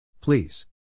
Please